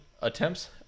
attempts